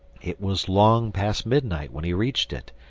it was long past midnight when he reached it,